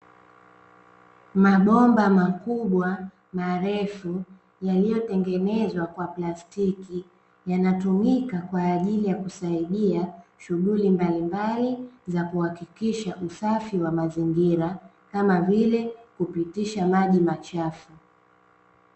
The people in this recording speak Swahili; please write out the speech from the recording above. Mabomba makubwa marefu yaliyotengenezwa kwa plastiki, yanatumika kwa ajili ya kusaidia shughuli mbalimbali za kuhakikisha usafi wa mazingira, kama vile kupitisha maji machafu.